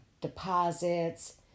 deposits